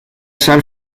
sal